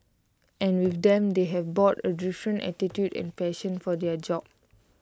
and with them they have brought A different attitude and passion for their job